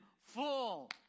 full